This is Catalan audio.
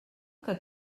que